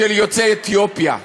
של יוצאי אתיופיה,